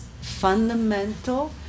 fundamental